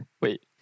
wait